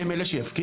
הם אלה שיפקידו?